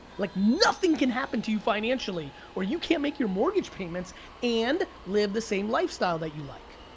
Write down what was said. like nothing can happen to you financially, or you can't make your mortgage payments and live the same lifestyle that you like.